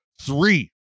three